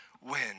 win